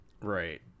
Right